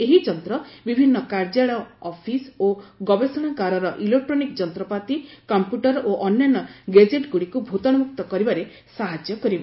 ଏହି ଯନ୍ତ୍ର ବିଭିନ୍ନ କାର୍ଯ୍ୟାଳୟ ଅଫିସ୍ ଓ ଗବେଷଣାଗାରର ଇଲେକ୍ଟ୍ରୋନିକ୍ ଯନ୍ତ୍ରପାତି କମ୍ପ୍ୟୁଟର ଓ ଅନ୍ୟାନ୍ୟ ଗେଜେଟ୍ଗୁଡ଼ିକୁ ଭୂତାଣୁମୁକ୍ତ କରିବାରେ ସାହାଯ୍ୟ କରିବ